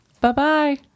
bye-bye